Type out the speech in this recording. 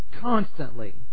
constantly